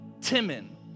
Timon